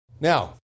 Now